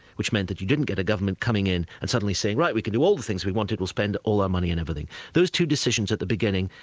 which meant that he didn't get a government coming in and suddenly saying right, we can do all the things we wanted, we'll spend all our money and everything. those two decisions at the beginning,